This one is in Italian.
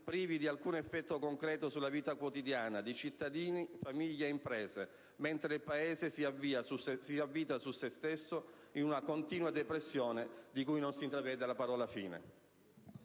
privi di alcun effetto concreto sulla vita quotidiana di cittadini, famiglie e imprese, mentre il Paese si avvita su se stesso in una continua depressione di cui non si intravede la fine.